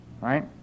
right